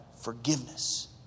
forgiveness